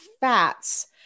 fats